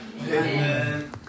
Amen